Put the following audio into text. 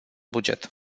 buget